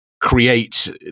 create